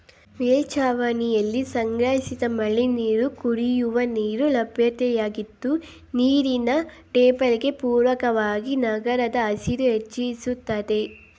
ಮೇಲ್ಛಾವಣಿಲಿ ಸಂಗ್ರಹಿಸಿದ ಮಳೆನೀರು ಕುಡಿಯುವ ನೀರಿನ ಲಭ್ಯತೆಯಾಗಿದ್ದು ನೀರಿನ ಟೇಬಲ್ಗೆ ಪೂರಕವಾಗಿ ನಗರದ ಹಸಿರು ಹೆಚ್ಚಿಸ್ತದೆ